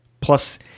Plus